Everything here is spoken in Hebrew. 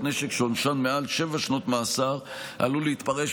נשק שעונשן מעל שבע שנות מאסר עלול להתפרש,